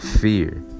fear